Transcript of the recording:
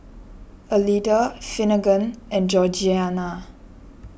Elida Finnegan and Georgiana